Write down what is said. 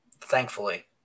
Thankfully